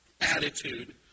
attitude